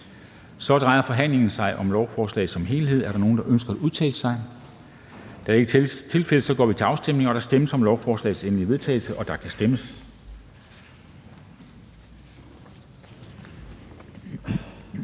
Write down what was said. Så drejer forhandlingen sig om forslaget som helhed. Er der nogen, der ønsker at udtale sig? Da det ikke er tilfældet, går vi til afstemning. Kl. 12:35 Afstemning Formanden (Henrik Dam Kristensen): Der stemmes